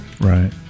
Right